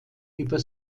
über